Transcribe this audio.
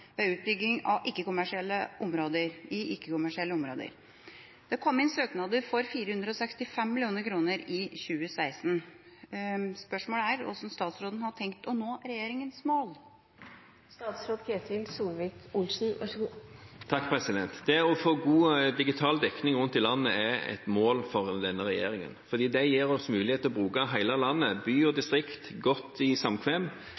ved utbygging i ikke-kommersielle områder. Det kom inn søknader for 465 millioner kroner i 2016. Hvordan har statsråden tenkt å nå regjeringens mål?» Det å få god digital dekning rundt i landet er et mål for denne regjeringen. Det gir oss mulighet til å bruke hele landet, by og distrikt i godt samkvem,